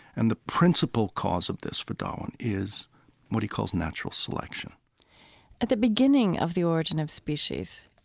and the principal cause of this for darwin is what he calls natural selection at the beginning of the origin of species,